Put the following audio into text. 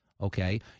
Okay